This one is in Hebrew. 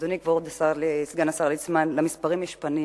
אדוני כבוד סגן השר ליצמן, למספרים יש פנים,